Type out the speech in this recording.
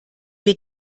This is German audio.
wir